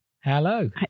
Hello